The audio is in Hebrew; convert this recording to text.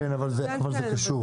כן, אבל זה קשור.